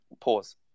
pause